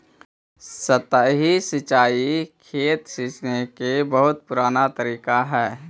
सतही सिंचाई खेत सींचे के बहुत पुराना तरीका हइ